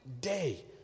day